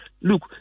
Look